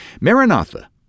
Maranatha